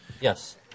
Yes